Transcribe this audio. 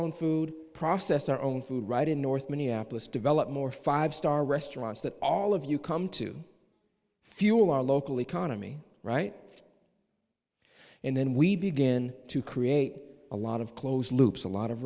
own food process our own food right in north minneapolis develop more five star restaurants that all of you come to fuel our local economy right and then we begin to create a lot of closed loops a lot of